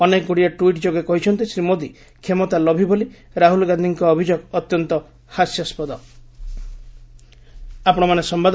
ଅନେକଗୁଡ଼ିଏ ଟ୍ୱିଟ୍ ଯୋଗେ କହିଛନ୍ତି ଶ୍ରୀ ମୋଦି କ୍ଷମତା ଲୋଭି ବୋଲି ରାହୁଲ୍ ଗାନ୍ଧିଙ୍କ ଅଭିଯୋଗ ଅତ୍ୟନ୍ତ ହାସ୍ୟାସ୍କଦ